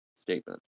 statement